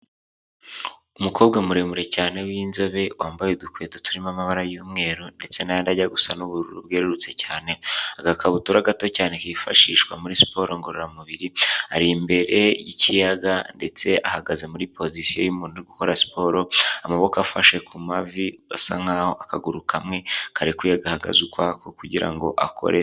Umukobwa muremure cyane w'inzobe, wambaye udukweto turimo amabara y'umweru, ndetse n'ayandi ajya gusa n'ubururu bwerurutse cyane, agakabutura gato cyane kifashishwa muri siporo ngororamubiri, ari imbere y'ikiyaga, ndetse ahagaze muri pozisiyo y'umuntu uri gukora siporo, amaboko afashe ku mavi, bisa nkaho akaguru kamwe karekuye gahagaze ukwako, kugira ngo akore.